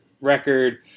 record